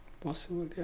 Possible